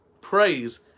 praise